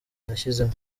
nashyizemo